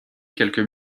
quelques